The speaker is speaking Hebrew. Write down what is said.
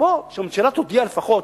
שהממשלה תודיע לפחות